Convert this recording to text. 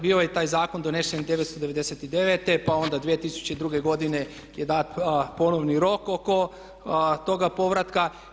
Bio je i taj zakon donesen 999 pa onda 2002. godine je dat ponovni rok oko toga povratka.